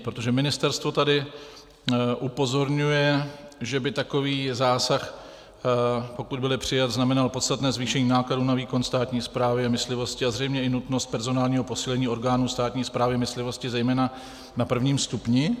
Protože ministerstvo tady upozorňuje, že by takový zásah, pokud bude přijat, znamenal podstatné zvýšení nákladů na výkon státní správy a myslivosti a zřejmě i nutnost personálního posílení orgánů státní správy myslivosti, zejména na prvním stupni.